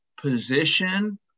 position